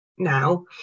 now